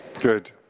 Good